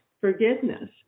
forgiveness